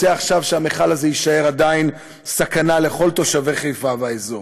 רוצה עכשיו שהמכל הזה יישאר עדיין סכנה לכל תושבי חיפה והאזור.